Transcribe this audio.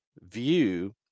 view